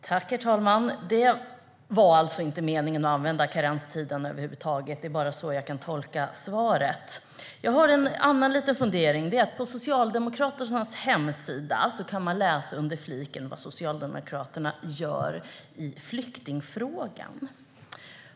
Herr talman! Det var alltså inte meningen att använda karenstiden över huvud taget; det är bara så jag kan tolka svaret. Jag har en annan liten fundering. På Socialdemokraternas hemsida kan man under en flik läsa vad Socialdemokraterna gör i flyktingfrågan.